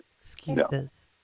excuses